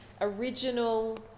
original